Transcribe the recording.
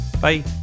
Bye